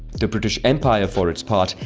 the british empire, for its part,